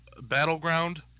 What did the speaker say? battleground